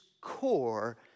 core